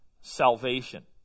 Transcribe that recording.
salvation